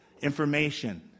Information